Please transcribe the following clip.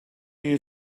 you